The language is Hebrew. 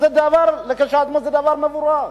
שכשלעצמה היא דבר מבורך,